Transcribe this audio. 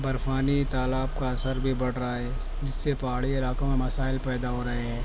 برفانی تالاب کا اثر بھی بڑھ رہا ہے جس سے پہاڑی علاقوں میں مسائل پیدا ہو رہے ہیں